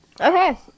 Okay